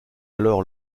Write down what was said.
alors